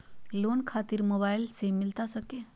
Loan खातिर mobile से मिलता सके?